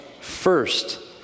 first